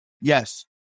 Yes